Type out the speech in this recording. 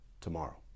tomorrow